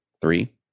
three